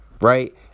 Right